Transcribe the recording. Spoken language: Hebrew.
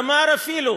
אמר אפילו